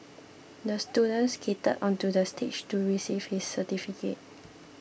the student skated onto the stage to receive his certificate